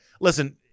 listen –